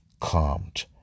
calmed